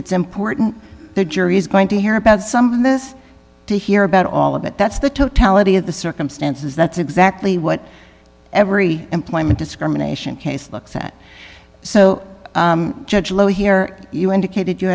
it's important the jury's going to hear about some of this to hear about all of it that's the totality of the circumstances that's exactly what every employment discrimination case looks at so judge lo here you indicated you